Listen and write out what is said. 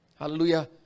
Hallelujah